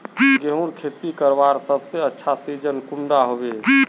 गेहूँर खेती करवार सबसे अच्छा सिजिन कुंडा होबे?